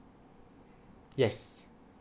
yes